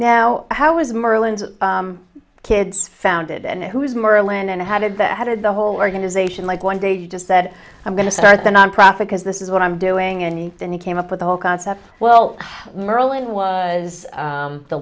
now how was merlin's kids founded and who is merlin and how did that how did the whole organization like one day you just said i'm going to start the nonprofit because this is what i'm doing and then he came up with the whole concept well merlin was